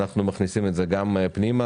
אנחנו מכניסים את זה גם פנימה,